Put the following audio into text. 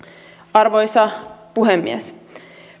arvoisa puhemies